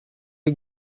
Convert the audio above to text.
you